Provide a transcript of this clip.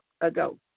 ago